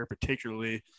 particularly